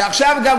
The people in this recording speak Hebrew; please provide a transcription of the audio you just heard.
ועכשיו גם,